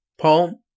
Paul